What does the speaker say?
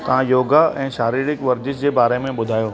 तां योगा ऐं शारीरिक वर्ज़िश जे बारे में ॿुधायो